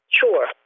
Sure